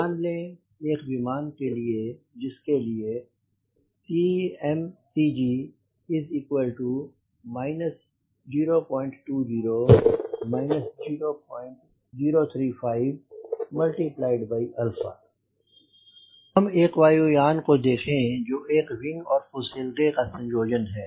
मान लें एक विमान है जिसके लिए CmCG 020 0035 हमें एक वायु यान को देखें जो एक विंग और फुसेलगे का संयोजन है